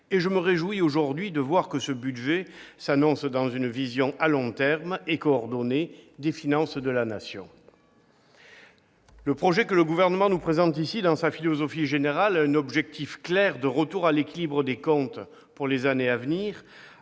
Je me réjouis aujourd'hui de voir que ce budget s'annonce dans une vision à long terme et coordonnée des finances de la nation. Le projet que le Gouvernement nous présente ici dans sa philosophie générale a un objectif clair de retour à l'équilibre des comptes pour les années à venir,